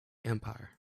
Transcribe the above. empire